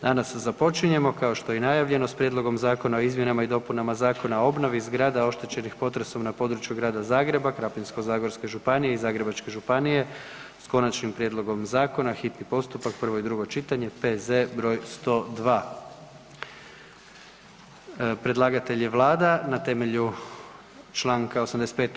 Danas započinjemo, kao što je i najavljeno, s: - Prijedlog zakona o izmjenama i dopunama Zakona o obnovi zgrada oštećenih potresom na području Grada Zagreba, Krapinsko-zagorske županije i Zagrebačke županije, s konačnim prijedlogom zakona, hitni postupak, prvo i drugo čitanje, P.Z. br. 102; Predlagatelj je Vlada na temelju čl. 85.